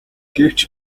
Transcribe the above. гэвч